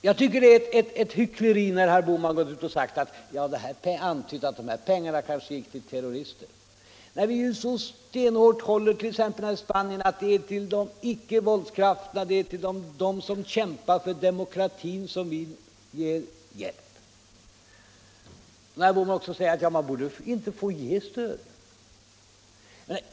Jag tycker att det är ett hyckleri när herr Bohman går ut och antyder att de här pengarna kanske gick till terrorister, när vi så stenhårt — t.ex. i fråga om Spanien — håller på att det är till ickevåldskrafterna, till dem som kämpar för demokratin, som vi ger hjälp. Herr Bohman säger också att man inte borde få ge stöd.